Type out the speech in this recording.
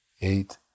eight